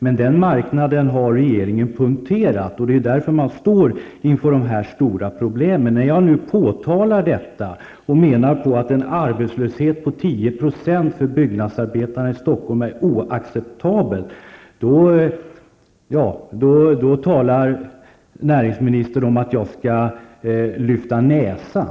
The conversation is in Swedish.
Men den marknaden har regeringen punkterat, och det är därför man står inför de här stora problemen. När jag nu påtalar detta och menar att en arbetslöshet på 10 % för byggnadsarbetarna i Stockholm är oacceptabel talar näringsministern om att jag skall lyfta näsan.